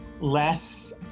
less